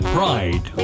Pride